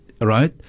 Right